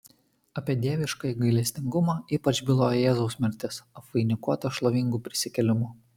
apie dieviškąjį gailestingumą ypač byloja jėzaus mirtis apvainikuota šlovingu prisikėlimu